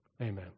Amen